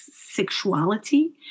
sexuality